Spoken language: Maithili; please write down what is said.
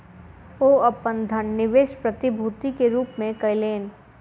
ओ अपन धन निवेश प्रतिभूति के रूप में कयलैन